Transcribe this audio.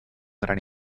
gran